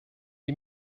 die